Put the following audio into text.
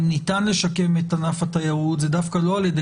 אם ניתן לשקם את ענף התיירות זה דווקא לא על ידי